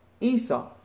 Esau